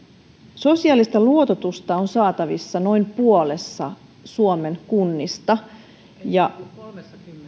sosiaalista luototusta on saatavissa noin puolessa suomen kunnista ja